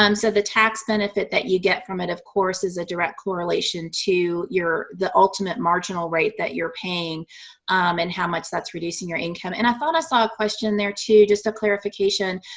um so the tax benefit that you get from it, of course, is a direct correlation to the ultimate marginal rate that you're paying and how much that's reducing your income. and i thought i saw a question there, too, just a clarification.